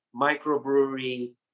microbrewery